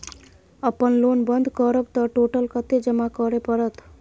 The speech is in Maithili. अपन लोन बंद करब त टोटल कत्ते जमा करे परत?